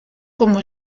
como